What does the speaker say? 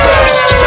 Best